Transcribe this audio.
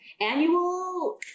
annual